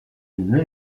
une